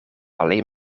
alleen